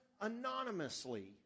anonymously